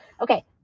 Okay